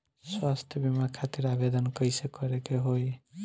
स्वास्थ्य बीमा खातिर आवेदन कइसे करे के होई?